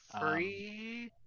free